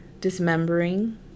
dismembering